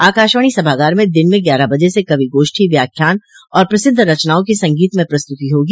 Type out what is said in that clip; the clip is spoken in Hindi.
आकाशवाणी सभागार में दिन में ग्यारह बजे से कवि गोष्ठी व्याख्यान और प्रसिद्ध रचनाओं की संगीतमय प्रस्तृति होगी